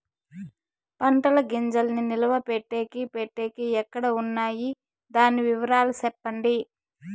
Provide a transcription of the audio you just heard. పంటల గింజల్ని నిలువ పెట్టేకి పెట్టేకి ఎక్కడ వున్నాయి? దాని వివరాలు సెప్పండి?